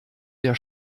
der